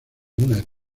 una